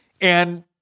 And-